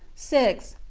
six.